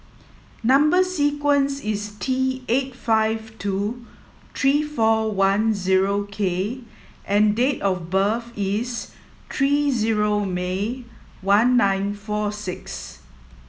number sequence is T eight five two three four one zero K and date of birth is three zero May one nine four six